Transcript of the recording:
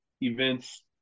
events